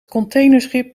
containerschip